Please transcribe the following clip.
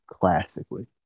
classically